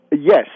Yes